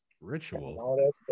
Ritual